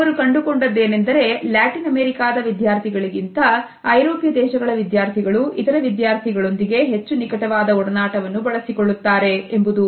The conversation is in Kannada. ಅವರು ಕಂಡುಕೊಂಡದ್ದು ಏನೆಂದರೆ ಲ್ಯಾಟಿನ್ ಅಮೆರಿಕಾದ ವಿದ್ಯಾರ್ಥಿಗಳಿಗಿಂತ ಐರೋಪ್ಯ ದೇಶಗಳ ವಿದ್ಯಾರ್ಥಿಗಳು ಇತರ ವಿದ್ಯಾರ್ಥಿಗಳೊಂದಿಗೆ ಹೆಚ್ಚು ನಿಕಟವಾದ ಒಡನಾಟವನ್ನು ಬಳಸಿಕೊಳ್ಳುತ್ತಾರೆ ಎಂಬುದು